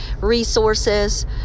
resources